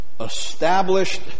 established